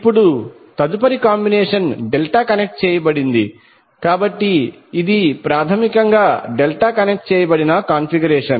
ఇప్పుడు తదుపరి combination delta connect చేయబడింది కాబట్టి ఇది ప్రాథమికంగా డెల్టా కనెక్ట్ చేయబడిన కాన్ఫిగరేషన్